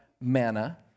Manna